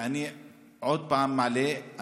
ואני שוב מעלה.